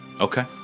Okay